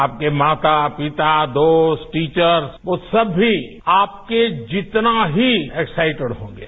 आपके माता पिता दोस्त टीचर्स वो सब भी आपके जितना ही एक्साइटेड होंगे